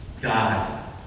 God